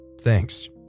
Thanks